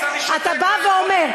אתה בא ואומר,